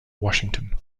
washington